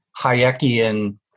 Hayekian